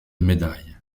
médailles